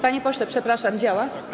Panie pośle, przepraszam, działa?